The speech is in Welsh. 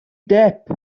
depp